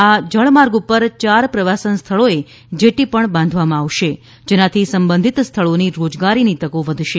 આ જળમાર્ગ ઉપર ચાર પ્રવાસન સ્થળોએ જેટ્ટી પણ બાંધવામાં આવશે જેનાથી સંબંધીત સ્થળોની રોજગારીની તકો વધશે